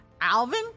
Alvin